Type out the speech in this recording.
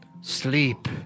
Sleep